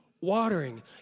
watering